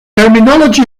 terminology